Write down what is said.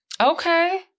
Okay